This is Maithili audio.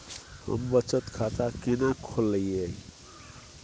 हम बचत खाता केना खोलइयै?